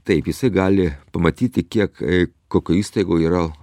taip jisai gali pamatyti kiek kokių įstaigų yra